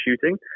shooting